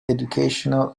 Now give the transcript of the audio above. educational